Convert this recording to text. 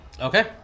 Okay